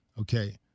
okay